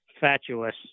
Fatuous